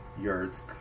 yards